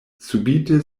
subite